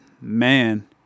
man